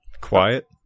Quiet